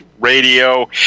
Radio